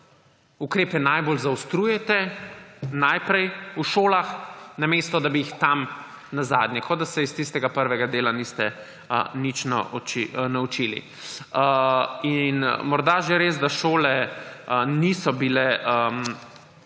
Ukrepe najbolj zaostrujete najprej v šolah, namesto da bi jih tam nazadnje, kot da se iz tistega prvega dela niste nič naučili. Morda je že res, da šole niso bile